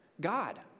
God